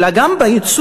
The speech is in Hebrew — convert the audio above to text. אלא גם בייצוג,